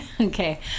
Okay